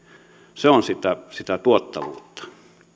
se on sitä sitä tuottavuutta